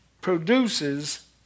produces